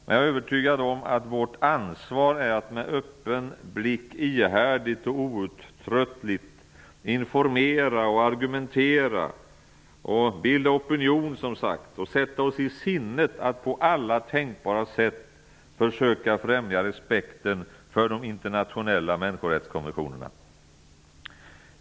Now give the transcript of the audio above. Jag är övertygad om att vårt ansvar är att med öppen blick ihärdigt och outtröttligt informera, argumentera, bilda opinion och sätta oss i sinnet att på alla tänkbara sätt försöka främja respekten för de internationella människorättskonventionerna.